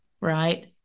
right